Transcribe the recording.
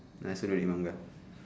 I also read manga